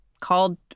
called